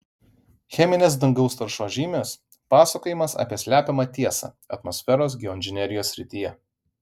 cheminės dangaus taršos žymės pasakojimas apie slepiamą tiesą atmosferos geoinžinerijos srityje